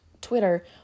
Twitter